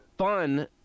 Fun